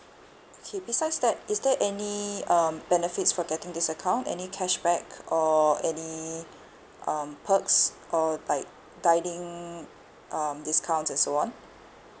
okay besides that is there any um benefits for getting this account any cashback or any um perks or like um discounts and so on